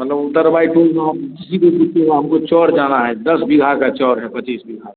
मतलब चौर जाना है दस बीघा का चौर है पचीस बीघा